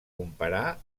comparar